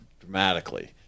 dramatically